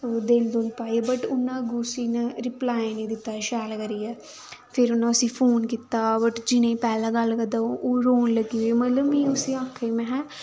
दिल दुल पाइयै बट उन्नै अग्गूं उसी इ'यां रिपलाय नी दित्ता शैल करियै फिर उन्नै उसी फोन कीता बट जियां पैह्लैं गल्ल करदा हा ओह् रौन लग्गी में उसी आखेआ